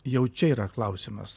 jau čia yra klausimas